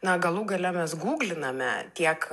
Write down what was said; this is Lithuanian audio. na galų gale mes gūgliname tiek